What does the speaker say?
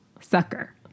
sucker